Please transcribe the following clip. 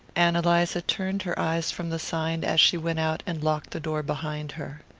ann eliza turned her eyes from the sign as she went out and locked the door behind her.